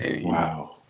Wow